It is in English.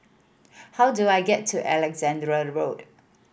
how do I get to Alexandra Road